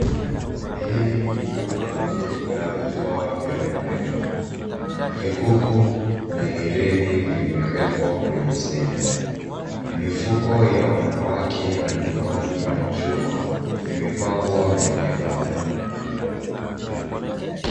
Hili ni duka la vifaa vya urembo, vikuku, na hereni vimewekwa kwenye stendi. Mifuko ya wanawake, na miwani ya jua, imepangwa kwenye rafu.